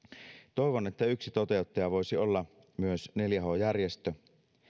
toivon että yksi toteuttaja voisi olla myös neljä h järjestö